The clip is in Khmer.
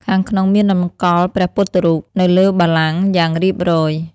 ខាងក្នុងមានតម្កល់ព្រះពុទ្ធរូបនៅលើបល្ល័ង្កយ៉ាងរៀបរយ។